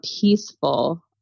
peaceful